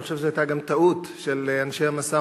אני חושב שזו היתה גם טעות של אנשי המשא-ומתן